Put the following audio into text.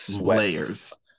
layers